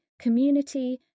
community